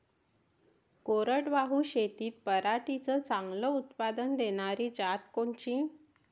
कोरडवाहू शेतीत पराटीचं चांगलं उत्पादन देनारी जात कोनची?